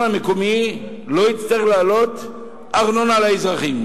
המקומי לא יצטרך להעלות ארנונה לאזרחים.